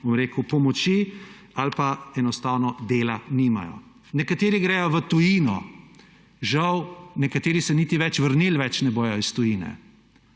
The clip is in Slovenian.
bom rekel, pomoči ali pa enostavno dela nimajo. Nekateri grejo v tujino, žal nekateri se niti več vrnili ne bojo iz tujine.